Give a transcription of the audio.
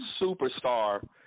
superstar